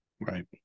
Right